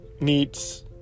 meets